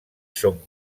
són